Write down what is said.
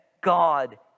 God